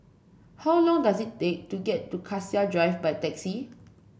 how long does it take to get to Cassia Drive by taxi